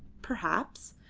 perhaps,